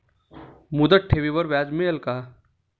मुदत ठेवीवर व्याज मिळेल का?